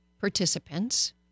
participants